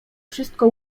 wszystko